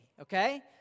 okay